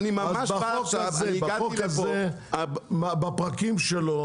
אז בחוק הזה בפרקים שלו,